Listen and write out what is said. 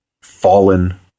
fallen